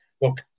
look